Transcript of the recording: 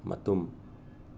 ꯃꯇꯨꯝ